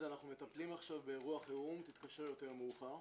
אנחנו מטפלים באירוע חירום תתקשר יותר מאוחר,